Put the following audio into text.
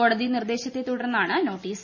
കോടതി നിർദ്ദേശത്തെ തുടർന്നാണ് നോട്ടീസ്